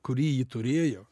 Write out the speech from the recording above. kurį ji turėjo